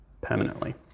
permanently